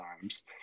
times